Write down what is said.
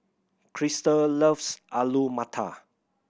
Crystal loves Alu Matar